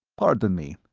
pardon me.